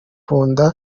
nda